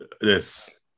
Yes